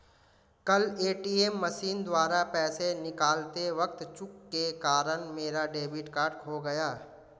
कल ATM machine द्वारा पैसे निकालते वक़्त चूक के कारण मेरा डेबिट कार्ड खो गया